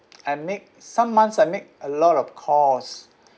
I make some months I make a lot of calls